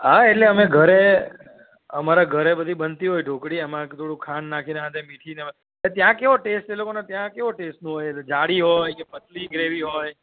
હા એટલે અમે ઘરે અમારા ઘરે બધી બનતી હોય ઢોકળી એમાં કે થોડું ખાંડ નાખીને આ તે મીઠી ને ત્યાં કેવો ટેસ્ટ એ લોકોનો ત્યાં કેવો ટેસ્ટ હોય એટલે જાડી હોય કે પતલી ગ્રેવી હોય